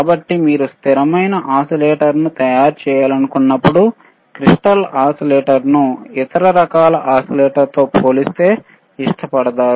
కాబట్టి మీరు స్థిరమైన ఓసిలేటర్ను తయారు చేయాలనుకున్నప్పుడు క్రిస్టల్ ఓసిలేటర్లను ఇతర రకాల ఓసిలేటర్లతో పోలిస్తే ఇష్టపడతారు